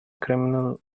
criminal